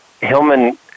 Hillman